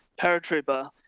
paratrooper